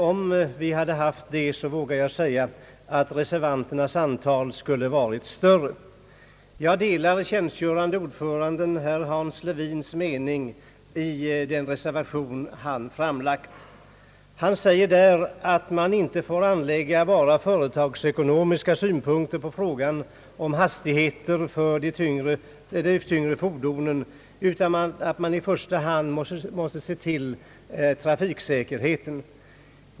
Om vi hade haft det, vågar jag säga att reservanternas antal skulle ha varit större. Jag delar tjänstgörande ordföranden herr Hans Levins mening i den reservation som han har avgivit. Han säger i den, att man inte får anlägga bara företagsekonomiska synpunkter på frågan om hastigheten för den tyngre trafiken, utan att man i första hand måste se till att trafiksäkerheten främjas.